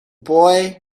boy